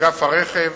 אגף הרכב.